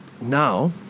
Now